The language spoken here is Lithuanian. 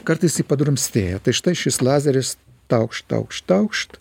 kartais ji padrumstėja tai štai šis lazeris taukšt taukšt taukšt